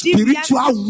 Spiritual